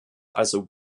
also